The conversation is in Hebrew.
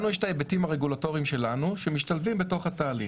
לנו יש את ההיבטים הרגולטוריים שלנו שמשתלבים בתוך התהליך.